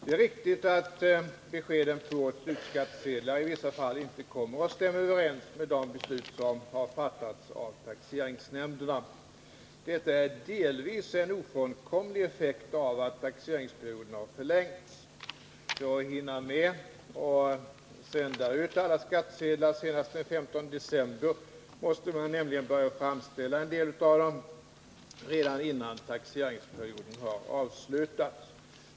Det är riktigt att beskeden på årets slutskattesedlar i vissa fall inte kommer att stämma överens med de beslut som har fattats av taxeringsnämnderna. Detta är delvis en ofrånkomlig effekt av att taxeringsperioden har förlängts. För att hinna med att sända ut alla skattsedlar senast den 15 december måste man nämligen börja framställa en del av dem redan innan taxeringsperioden har avslutats.